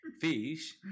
Fish